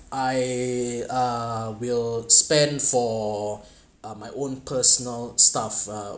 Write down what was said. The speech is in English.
I uh will spend for uh my own personal stuff uh